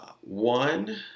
one